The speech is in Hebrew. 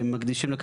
למחוזית.